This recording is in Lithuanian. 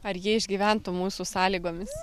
ar jie išgyventų mūsų sąlygomis